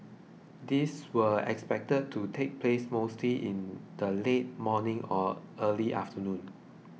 these were expected to take place mostly in the late morning and early afternoon